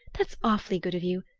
that's awfully good of you.